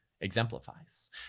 exemplifies